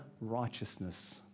righteousness